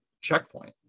checkpoint